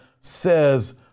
says